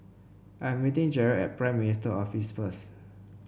I'm meeting Jarred at Prime Minister's Office first